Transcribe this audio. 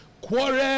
Quarry